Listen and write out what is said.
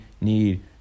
need